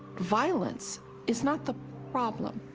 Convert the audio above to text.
violence is not the problem.